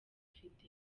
dufite